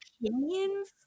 opinions